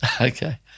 Okay